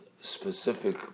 specific